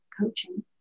coaching